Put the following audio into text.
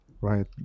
Right